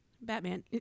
batman